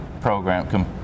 program